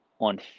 on